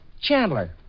Chandler